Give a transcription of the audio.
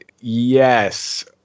yes